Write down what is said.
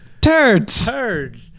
Turds